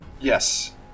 Yes